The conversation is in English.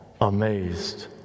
amazed